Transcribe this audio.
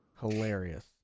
Hilarious